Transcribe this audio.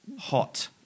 hot –